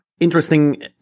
Interesting